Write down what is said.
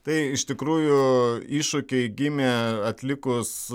tai iš tikrųjų iššūkiai gimė atlikus